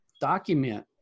document